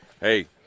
hey